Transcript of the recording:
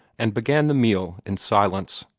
and began the meal in silence.